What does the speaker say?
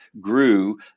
grew